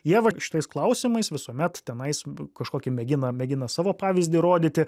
jie vat šitais klausimais visuomet tenais kažkokį mėgina mėgina savo pavyzdį rodyti